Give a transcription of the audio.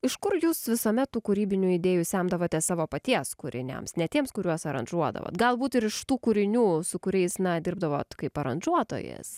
iš kur jūs visuomet tų kūrybinių idėjų semdavotės savo paties kūriniams ne tiems kuriuos aranžuodavot galbūt ir iš tų kūrinių su kuriais na dirbdavot kaip aranžuotojas